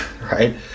right